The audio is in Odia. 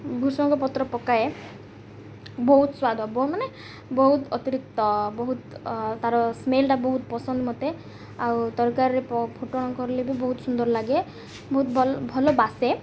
ଭୃସଙ୍ଗ ପତ୍ର ପକାଏ ବହୁତ ସ୍ୱାଦ ମାନେ ବହୁତ ଅତିରିକ୍ତ ବହୁତ ତା'ର ସ୍ମେଲ୍ଟା ବହୁତ ପସନ୍ଦ ମୋତେ ଆଉ ତରକାରୀରେ ଫୁଟଣ କରିଲେ ବି ବହୁତ ସୁନ୍ଦର ଲାଗେ ବହୁତ ଭଲ ଭଲ ବାସେ